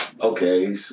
Okay